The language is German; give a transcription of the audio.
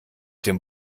dem